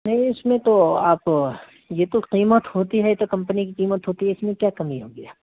نہیں اس میں تو آپ یہ تو قیمت ہوتی ہے یہ تو کمپنی کی قیمت ہوتی ہے اس میں کیا کمی ہوگی آپ کو